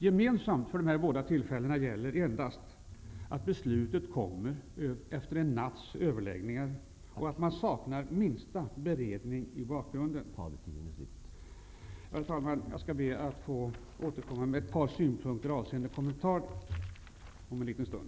Gemensamt för dessa tillfällen är att beslutet fattats efter en natts överläggningar och saknar minsta beredning. Herr talman! Eftersom min taletid är slut, ber jag att få återkomma med ett par synpunkter om en liten stund.